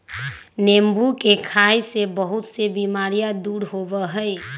नींबू के खाई से बहुत से बीमारियन दूर होबा हई